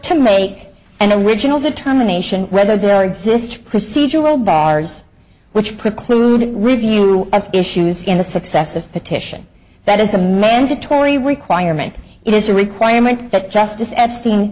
to make and the original determination whether there exists procedural barriers which preclude review of issues in the success of petition that is a mandatory requirement it is a requirement that justice epste